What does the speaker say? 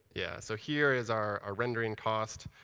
yeah. so here is our ah rendering cost.